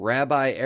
Rabbi